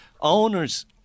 owners